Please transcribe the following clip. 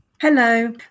Hello